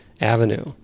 avenue